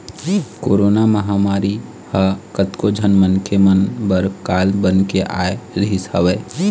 corona महामारी ह कतको झन मनखे मन बर काल बन के आय रिहिस हवय